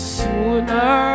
sooner